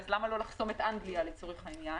למה לא לחסום את אנגליה לצורך העניין?